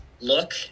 look